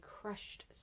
crushed